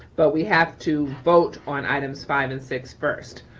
but we have to vote on items five and six first.